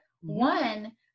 One